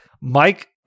Mike